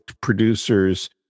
producers